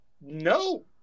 No